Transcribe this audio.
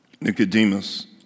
Nicodemus